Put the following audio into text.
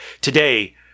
today